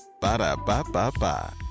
Ba-da-ba-ba-ba